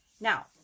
now